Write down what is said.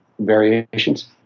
variations